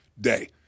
day